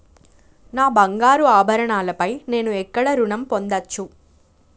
నా బంగారు ఆభరణాలపై నేను ఎక్కడ రుణం పొందచ్చు?